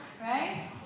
right